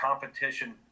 competition